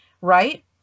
right